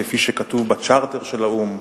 כפי שכתוב בצ'רטר של האו"ם,